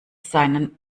seinen